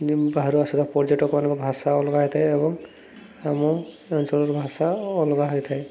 ବାହାରୁ ଆସିଥିବା ପର୍ଯ୍ୟଟକମାନଙ୍କ ଭାଷା ଅଲଗା ହୋଇଥାଏ ଏବଂ ଆମ ଅଞ୍ଚଳର ଭାଷା ଅଲଗା ହୋଇଥାଏ